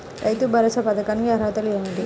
రైతు భరోసా పథకానికి అర్హతలు ఏమిటీ?